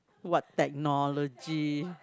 what technology